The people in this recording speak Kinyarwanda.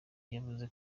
yavuze